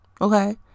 Okay